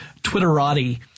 Twitterati